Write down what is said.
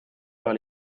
par